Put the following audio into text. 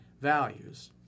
values